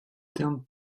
termes